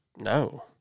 No